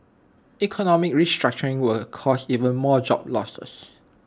economic restructuring will cause even more job losses